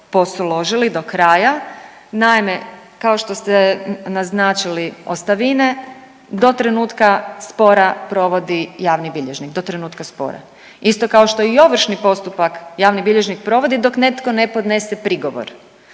posložili do kraja. Naime, kao što ste naznačili ostavine do trenutka spora provodi javni bilježnik, do trenutka spora. Isto kao što i ovršni postupak javni bilježnik provodi dok netko ne podnese prigovor.